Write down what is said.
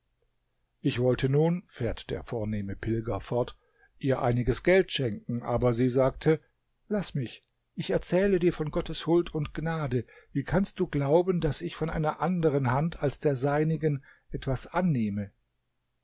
ich wollte nun fährt der vornehme pilger fort ihr einiges geld schenken aber sie sagte laß mich ich erzähle dir von gottes huld und gnade wie kannst du glauben daß ich von einer anderen hand als der seinigen etwas annehme